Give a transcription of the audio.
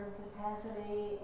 capacity